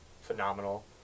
phenomenal